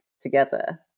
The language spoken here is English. together